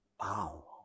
Wow